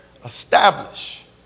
establish